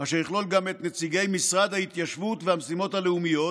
אשר יכלול גם את נציגי משרד ההתיישבות והמשימות הלאומיות,